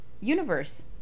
universe